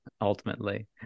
ultimately